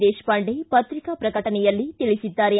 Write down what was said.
ದೇಶಪಾಂಡೆ ಪತ್ರಿಕಾ ಪ್ರಕಟಣೆಯಲ್ಲಿ ತಿಳಿಸಿದ್ದಾರೆ